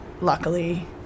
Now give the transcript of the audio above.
luckily